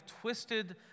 twisted